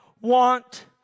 want